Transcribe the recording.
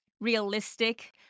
realistic